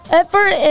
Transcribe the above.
effort